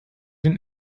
den